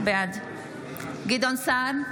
בעד גדעון סער,